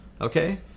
Okay